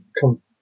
come